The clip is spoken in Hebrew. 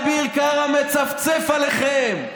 אביר קארה מצפצף עליכם.